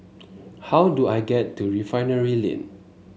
how do I get to Refinery Lane